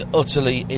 utterly